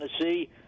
Tennessee